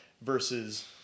versus